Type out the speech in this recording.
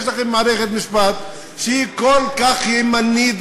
יש לכם מערכת משפט שהיא כל כך ימנית,